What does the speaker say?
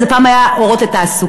פעם זה היה "אורות לתעסוקה",